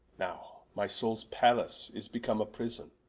now my soules pallace is become a prison